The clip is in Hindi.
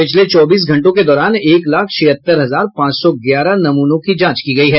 पिछले चौबीस घंटों के दौरान एक लाख छियत्तर हजार पांच सौ ग्यारह नमूनों की जांच की गयी है